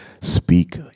speak